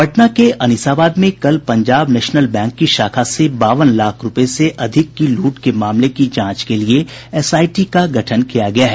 पटना के अनिसाबाद में कल पंजाब नेशनल बैंक की शाखा से बावन लाख रूपये से अधिक की लूट के मामले की जांच के लिए एसआईटी का गठन किया गया है